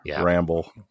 ramble